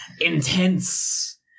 intense